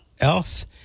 else